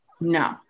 No